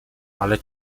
ale